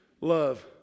Love